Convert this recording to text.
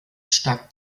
stark